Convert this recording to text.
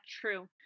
true